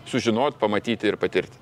sužinot pamatyt ir patirt